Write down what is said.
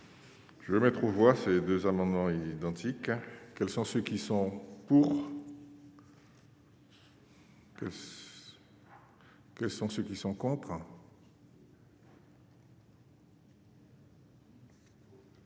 Je veux mettre aux voix, ces 2 amendements identiques, quels sont ceux qui sont pour. Que sont ceux qui sont contre.